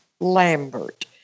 Lambert